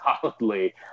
solidly